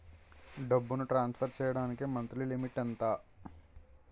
డబ్బును ట్రాన్సఫర్ చేయడానికి monthly limit ఎంత?